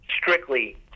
strictly